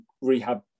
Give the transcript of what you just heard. rehab